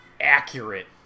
accurate